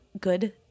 good